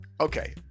Okay